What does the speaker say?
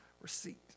receipt